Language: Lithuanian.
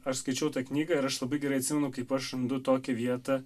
aš skaičiau tą knygą ir aš labai gerai atsimenu kaip aš randu tokią vietą